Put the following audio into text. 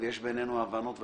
יש בינינו הבנות והסכמות.